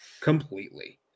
completely